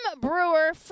Brewer